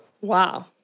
Wow